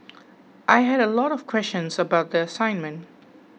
I had a lot of questions about the assignment